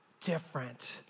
different